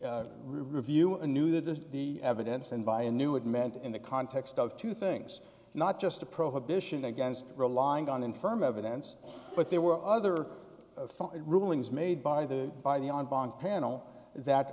to review a new that is the evidence and by a new it meant in the context of two things not just a prohibition against relying on in firm evidence but there were other rulings made by the by the on bond panel that